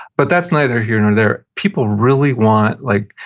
but that's neither here nor there. people really want like,